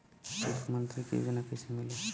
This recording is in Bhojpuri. मुख्यमंत्री के योजना कइसे मिली?